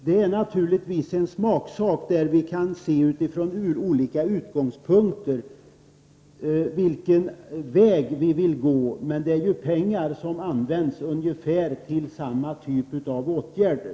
Det är naturligtvis en smaksak vilken väg man vill gå, och vi kan ha olika utgångspunkter för vår bedömning av det, men detta är pengar som används till ungefär samma typ av åtgärder.